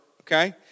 okay